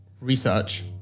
research